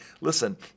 listen